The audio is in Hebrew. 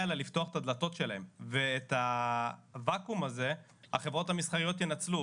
אלא לפתוח את הדלתות שלהם ואת הוואקום הזה החברות המסחריות ינצלו,